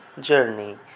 journey